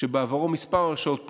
שבעברו כמה הרשעות פליליות.